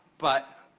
but,